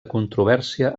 controvèrsia